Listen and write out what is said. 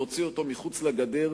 להוציא אותו מחוץ לגדר,